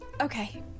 okay